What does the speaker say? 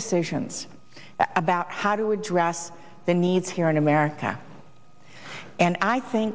decisions about how do we address the needs here in america and i think